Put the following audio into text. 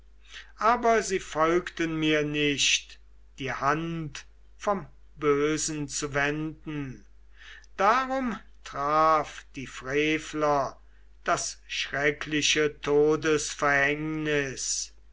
aber sie folgten mir nicht die hand vom bösen zu wenden darum traf die frevler das schreckliche